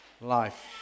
life